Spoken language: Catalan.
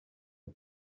fer